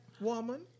woman